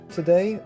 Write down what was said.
Today